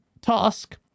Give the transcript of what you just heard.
task